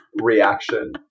reaction